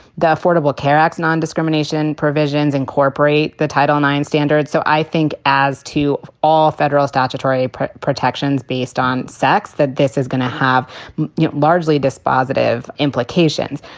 the affordable care act's nondiscrimination provisions incorporate the title nine standard. so i think as to all federal statutory protections based on sex, that this is going to have you know largely dispositive implications.